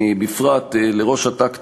בפרט לראש את"ק,